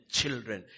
children